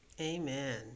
amen